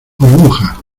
burbuja